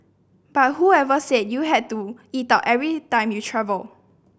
but whoever said you had to eat out every time you travel